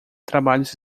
trabalhos